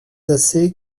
assez